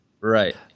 Right